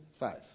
Five